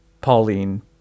Pauline